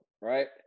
right